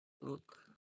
Look